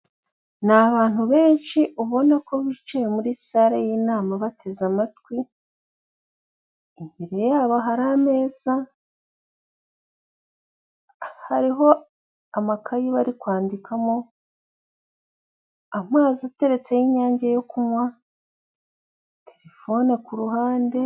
Ni abantu benshi ubona ko bicaye muri sare y'inama bateze amatwi, imbere yabo hari ameza, hariho amakayi bari kwandikamo, amazi ateretse y'inyange yo kunywa, terefone ku ruhande,...